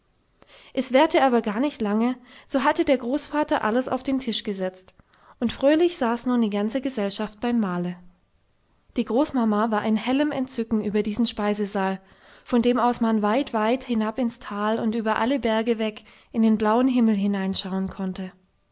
es währte aber gar nicht lange so hatte der großvater alles auf den tisch gesetzt und fröhlich saß nun die ganze gesellschaft beim mahle die großmama war in hellem entzücken über diesen speisesaal von dem aus man weit weit hinab ins tal und über alle berge weg in den blauen himmel hinein schauen konnte